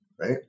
right